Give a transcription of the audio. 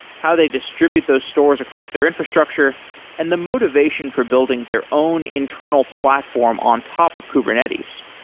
how they distribute those stores across their infrastructure and the motivation for building their own internal platform on top of kubernetes.